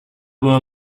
were